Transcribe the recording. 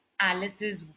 Alice's